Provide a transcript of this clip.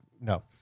No